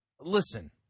listen